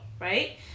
right